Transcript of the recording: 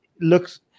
looks